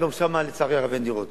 היום גם שם אין דירות.